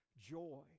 joy